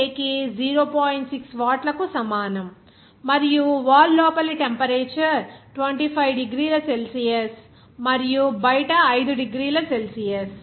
6 వాట్లకు సమానం మరియు వాల్ లోపలి టెంపరేచర్ 25 డిగ్రీల సెల్సియస్ మరియు బయట 5 డిగ్రీల సెల్సియస్